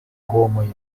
homoj